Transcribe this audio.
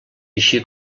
així